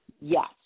Yes